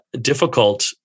difficult